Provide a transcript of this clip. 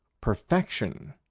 perfection,